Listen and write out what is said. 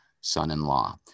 son-in-law